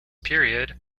period